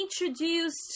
introduced